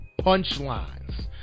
punchlines